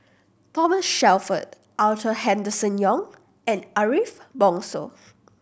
Thomas Shelford Arthur Henderson Young and Ariff Bongso